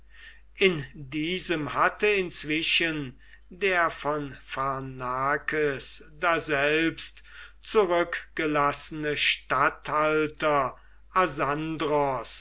in diesem hatte inzwischen der von pharnakes daselbst zurückgelassene statthalter